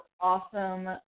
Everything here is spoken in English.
awesome